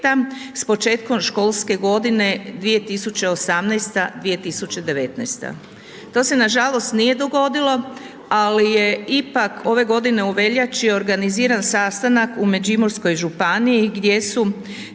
s početkom školske godine 2018./2019. To se nažalost nije dogodilo, ali je ipak ove godine u veljači organiziran sastanak u Međimurskoj županiji gdje su